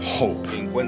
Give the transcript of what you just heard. hope